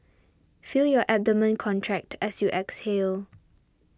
feel your abdomen contract as you exhale